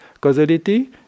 causality